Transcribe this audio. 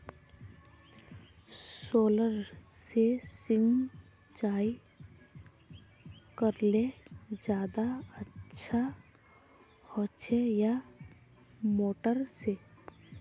Solar से सिंचाई करले ज्यादा अच्छा होचे या मोटर से?